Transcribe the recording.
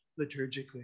liturgically